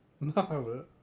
No